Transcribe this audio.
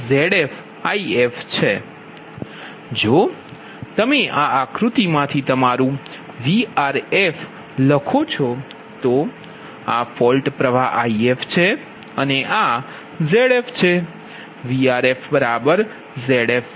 જો તમે આ આકૃતિમાંથી તમારું Vrf લખો છો તો આ ફોલ્ટ પ્ર્વાહ If છે અને આZf છે